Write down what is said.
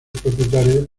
propietario